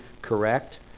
Correct